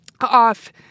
off